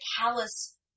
callous